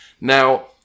Now